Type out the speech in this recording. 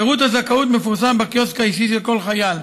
פירוט הזכאות מפורסם בקיוסק האישי של כל חייל.